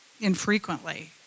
infrequently